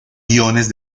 iones